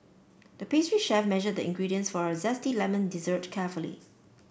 the pastry chef measured the ingredients for a zesty lemon dessert carefully